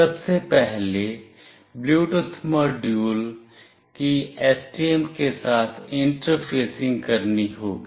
सबसे पहले Bluetooth module की STM के साथ इंटरफेसिंग करनी होगी